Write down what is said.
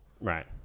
right